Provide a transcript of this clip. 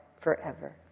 forever